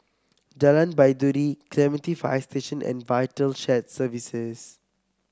Jalan Baiduri Clementi Fire Station and Vital Shared Services